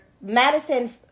Madison